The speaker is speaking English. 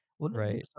Right